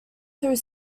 through